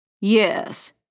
yes